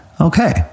Okay